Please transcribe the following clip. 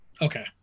Okay